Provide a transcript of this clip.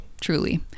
truly